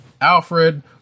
Alfred